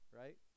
right